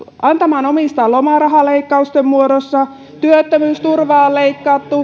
antamaan omistaan lomarahaleikkausten muodossa ja työttömyysturvaa on leikattu